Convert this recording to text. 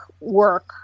work